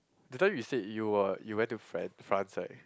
that time you said you are you went to Fra~ France right